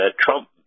Trump